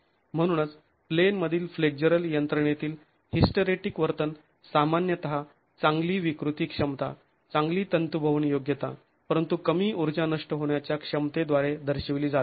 म्हणूनच प्लेनमधील फ्लेक्झरल यंत्रणेतील हिस्टरेटीक वर्तन सामान्यतः चांगली विकृती क्षमता चांगली तंतुभवन योग्यता परंतु कमी ऊर्जा नष्ट होण्याच्या क्षमतेद्वारे दर्शविली जाते